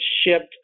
shipped